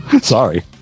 Sorry